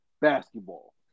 basketball